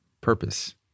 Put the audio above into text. purpose